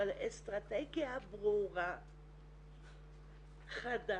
אבל אסטרטגיה ברורה, חדה,